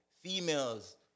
females